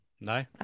No